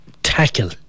Tackle